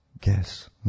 Guess